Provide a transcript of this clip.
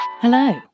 Hello